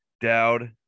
Dowd